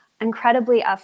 incredibly